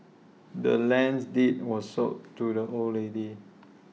the land's deed was sold to the old lady